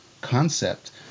concept